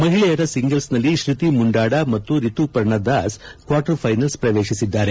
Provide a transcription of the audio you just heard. ಮಹಿಳೆಯರ ಸಿಂಗಲ್ಸ್ನಲ್ಲಿ ಶೃತಿ ಮುಂಡಾಡ ಮತ್ತು ರಿತುಪರ್ಣ ದಾಸ್ ಕ್ವಾರ್ಟರ್ ಫ್ಟೆನಲ್ಸ್ ಪ್ರವೇಶಿಸಿದ್ದಾರೆ